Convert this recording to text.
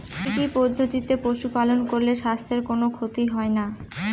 কি কি পদ্ধতিতে পশু পালন করলে স্বাস্থ্যের কোন ক্ষতি হয় না?